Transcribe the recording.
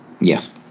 Yes